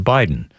Biden